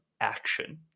action